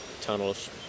tunnels